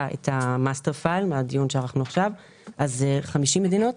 את ה-master file אז מדובר ב-50 מדינות